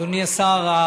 אדוני השר.